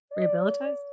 Rehabilitized